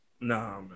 No